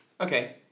Okay